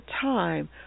time